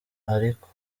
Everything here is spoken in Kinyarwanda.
ariko